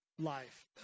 life